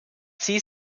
sie